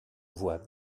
voix